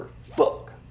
Fuck